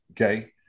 Okay